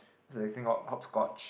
what's the thing called hopscotch